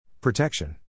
Protection